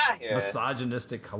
misogynistic